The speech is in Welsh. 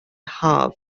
haf